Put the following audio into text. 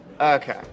Okay